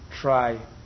try